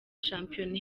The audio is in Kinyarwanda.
shampiyona